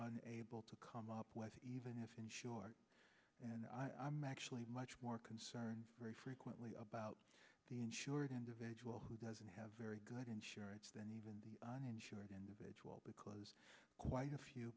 unable to come up with even if insured and i'm actually much more concerned very frequently about the insured individual who doesn't have very good insurance then even uninsured individual because quite a few